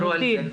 דיברו על זה.